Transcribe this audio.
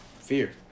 Fear